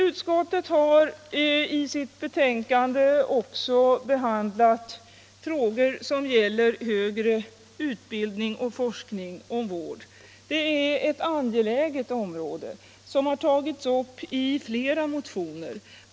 Utskottet har också i sitt betänkande behandlat frågor som gäller högre utbildning och forskning om vård. Det är en angelägen fråga som har tagits upp i flera motioner.